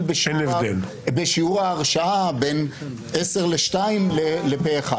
בשיעור ההרשעה בין עשר לשתיים לפה אחד.